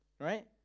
right